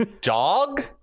dog